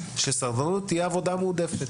שסדרנות תהיה עבודה מועדפת.